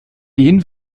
den